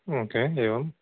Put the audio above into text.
म् के एवम्